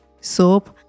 soap